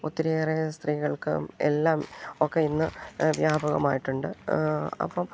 ഒത്തിരിയേറെ സ്ത്രീകൾക്കും എല്ലാം ഒക്കെ ഇന്ന് വ്യാപകമായിട്ടുണ്ട് അപ്പം